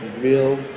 real